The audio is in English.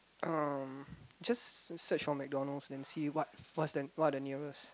um just search for McDonalds then see what what's the what are the nearest